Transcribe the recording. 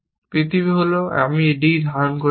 পৃথিবী হল আমি d ধারণ করছি